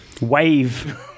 wave